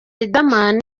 riderman